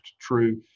true